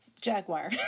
Jaguar